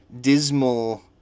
dismal